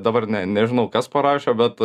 dabar nežinau kas parašė bet